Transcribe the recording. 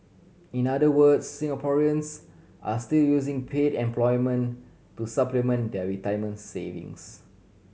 in other words Singaporeans are still using paid employment to supplement their retirement savings